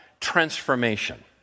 transformation